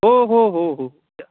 हो हो हो हो या